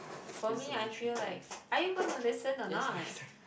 for me I feel like are you gonna listen or not